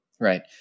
Right